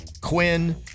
Quinn